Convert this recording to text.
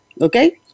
okay